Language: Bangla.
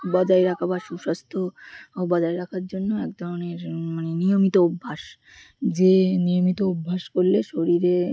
বজায় রাখা বা সুস্বাস্থ্য বজায় রাখার জন্য এক ধরনের মানে নিয়মিত অভ্যাস যে নিয়মিত অভ্যাস করলে শরীরে